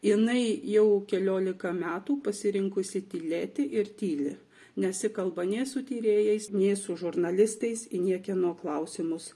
jinai jau keliolika metų pasirinkusi tylėti ir tyli nesikalba nei su tyrėjais nei su žurnalistais į niekieno klausimus